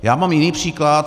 Já mám jiný příklad.